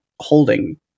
holding